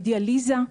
דיאליזה,